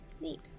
Neat